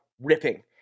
ripping